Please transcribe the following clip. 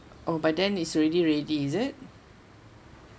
oh but then is already ready is it